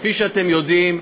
כפי שאתם יודעים,